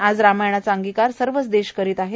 आज रामायणाचा अंगिकार सर्व देश करत आहे